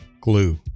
Glue